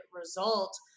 result